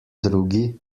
drugi